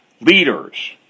leaders